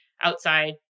outside